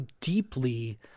deeply